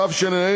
התשע"ה